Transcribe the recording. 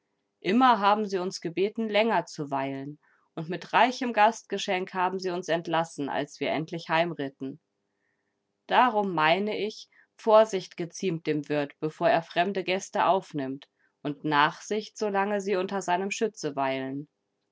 immer haben sie uns gebeten länger zu weilen und mit reichem gastgeschenk haben sie uns entlassen als wir endlich heimritten darum meine ich vorsicht geziemt dem wirt bevor er fremde gäste aufnimmt und nachsicht solange sie unter seinem schütze weilen